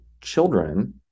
children